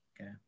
Okay